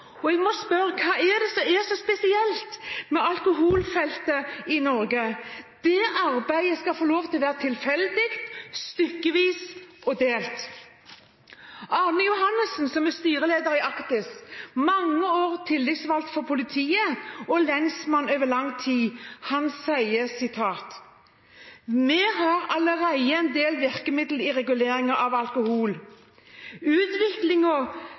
mål. Jeg må spørre: Hva er det som er så spesielt med alkoholfeltet i Norge? Det arbeidet skal få lov til å være tilfeldig, stykkevis og delt. Arne Johannessen, som er styreleder i Actis, som i mange år var tillitsvalgt i politiet, og som var lensmann over lang tid, sier: «Vi har allereie ein del verkemiddel i reguleringa av alkohol.» Og